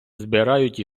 збирають